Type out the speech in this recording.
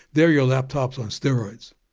they're your laptops on steroids.